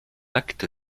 acte